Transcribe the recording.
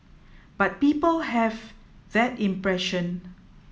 but people have that impression